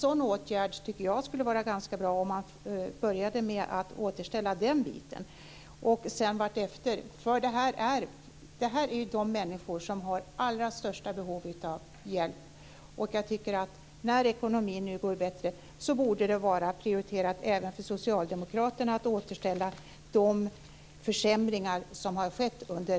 Jag tycker att det skulle vara ganska bra om man började med att återställa den biten och sedan ta det vartefter. Det rör ju de människor som har det allra största behovet av hjälp. Nu när ekonomin går bättre borde det även för Socialdemokraterna vara en prioriterad sak att återställa när det gäller de försämringar som skett under